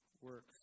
works